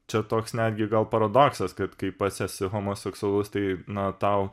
čia toks netgi gal paradoksas kad kai pats esi homoseksualus tai na tau